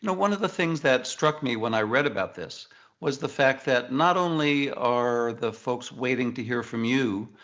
and one of the things that struck me when i read about this was the fact that not only are the folks waiting to hear from you,